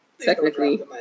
technically